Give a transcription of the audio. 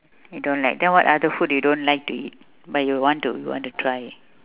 you don't like then what other food you don't like to eat but you want to you want to try it